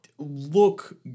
look